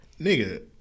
Nigga